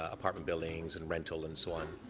apartment buildings, and rental and so on.